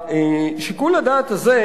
שיקול הדעת הזה,